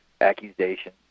accusation